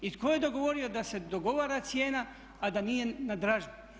I tko je dogovorio da se dogovara cijena, a da nije na dražbi?